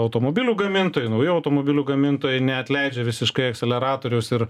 automobilių gamintojai naujų automobilių gamintojai neatleidžia visiškai akceleratoriaus ir